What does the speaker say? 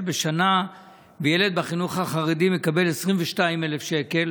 בשנה וילד בחינוך החרדי מקבל 22,000 שקל,